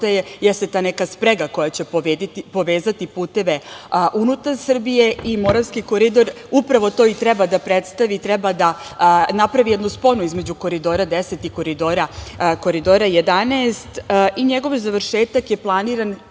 jeste ta neka sprega koja će povezati puteve unutar Srbije i Moravski koridor. Upravo to i treba da predstavi, treba da napravi jednu sponu između Koridora 10 i Koridora 11. Njegov završetak je planiran